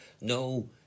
no